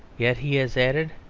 yet he has added,